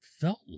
felt